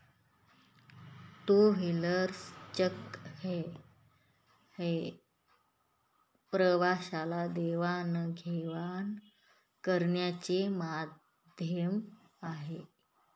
travellers cheque हे प्रवाशाला देवाणघेवाण करण्याचे माध्यम आहे